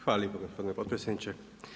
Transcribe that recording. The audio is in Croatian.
Hvala lijepo gospodine potpredsjedniče.